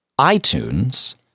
iTunes